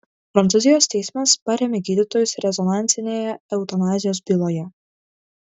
prancūzijos teismas parėmė gydytojus rezonansinėje eutanazijos byloje